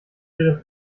ihren